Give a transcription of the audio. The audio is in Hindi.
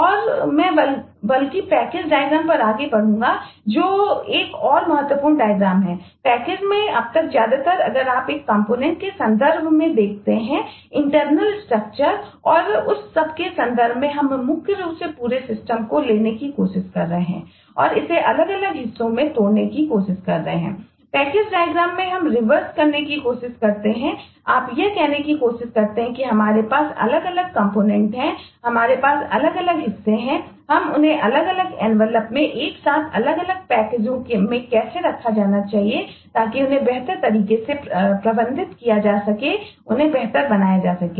और मैं बल्कि पैकेज डायग्राम में कैसे रखा जाना चाहिए ताकि उन्हें बेहतर तरीके से प्रबंधित किया जा सके उन्हें बेहतर बनाए रखा जा सके